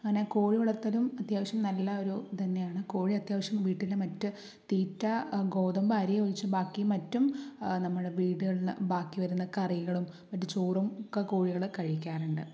അങ്ങനെ കോഴിവളർത്തലും അത്യാവശ്യം നല്ല ഒരു ഇതുതന്നെയാണ് കോഴി അത്യാവശ്യം വീട്ടിലെ മറ്റ് തീറ്റ ഗോതമ്പ് അരി ഒഴിച്ചു ബാക്കി മറ്റും നമ്മുടെ വീടുകളിൽ ബാക്കി വരുന്ന കറികളും മറ്റ് ചോറും ഒക്കെ കോഴികൾ കഴിക്കാറുണ്ട്